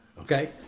Okay